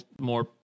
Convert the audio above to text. More